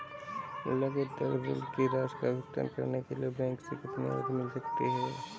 लघु उद्योग ऋण की राशि का भुगतान करने के लिए बैंक से कितनी अवधि मिल सकती है?